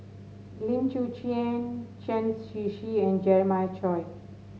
Lim Chwee Chian Chen Shiji and Jeremiah Choy